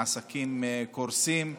עסקים קורסים,